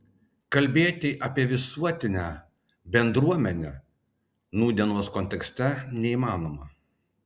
kalbėti apie visuotinę bendruomenę nūdienos kontekste neįmanoma